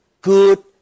good